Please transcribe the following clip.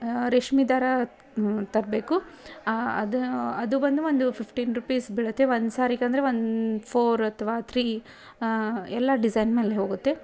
ರೇಷ್ಮೆದಾರ ತರಬೇಕು ಅದು ಅದು ಬಂದು ಒಂದು ಫಿಫ್ಟೀನ್ ರುಪೀಸ್ ಬೀಳುತ್ತೆ ಒಂದು ಸಾರಿಗಂದರೆ ಒಂದು ಫೋರ್ ಅಥವಾ ತ್ರೀ ಎಲ್ಲ ಡಿಝೈನ್ ಮೇಲೆ ಹೋಗುತ್ತೆ